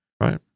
right